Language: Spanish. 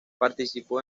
participó